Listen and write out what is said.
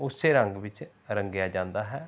ਉਸੇ ਰੰਗ ਵਿੱਚ ਰੰਗਿਆ ਜਾਂਦਾ ਹੈ